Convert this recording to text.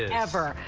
ah ever.